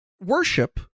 worship